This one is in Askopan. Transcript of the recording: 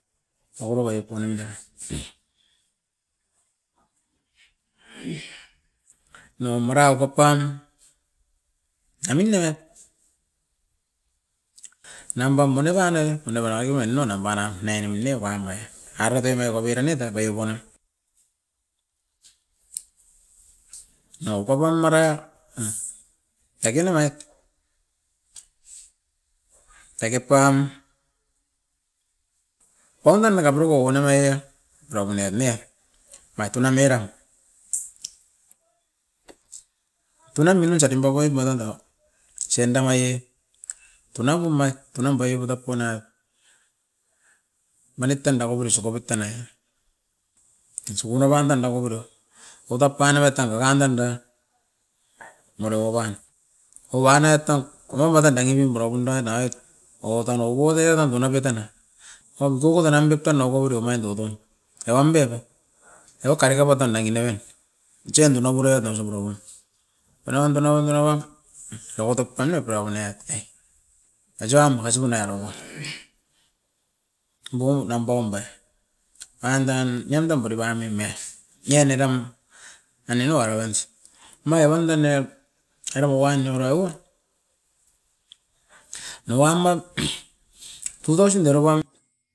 Okoro kai puanim dan, no mara ukapam naming ne nambam mone banai moni banaki moni noam banam ainemin ne oban omai. Abotim ai okopairon oit apai opona, aupaup pam mara dekin amait. Deke pam, paun amera biroko kuan na maia e, pura pun oit ne omait tunai oiram. Tunan minom saitim papoit maton taka, ois anda mai e tunapum bain tuna bain oit a punai. Manit tanda okobiri sukopit tanai, sukunap andan takopiro otap panamit tan ravandan da, moreko pan owa neo tam kokomatan tanginim purapum oit ait, owa tam owot teo tam tunai bitan ai. Aun tukotam ambip tan akobiri omain totoum, ebam pep e, eva karikapa tan angin eben tsionda naburai atausi mara pun. Enan tanaban tanaban, eva top tan ne perapunoit ai. E tsuam makasi kunai a ropoa, bum nam baum be aindan niamdam pari pami mes, nian eram ani nuaro bens. Omai oban dan ne era po wan iora'u, owan bam two thousand dero pam.